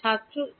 ছাত্র ই